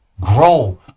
Grow